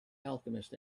alchemist